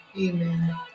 amen